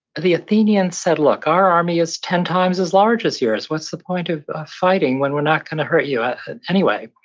the athenians said, look, our army is ten times as large as yours. what's the point of fighting when we're not going to hurt you anyway?